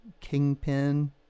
kingpin